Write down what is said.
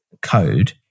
code